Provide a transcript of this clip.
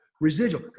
residual